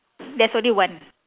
there's only one